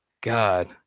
God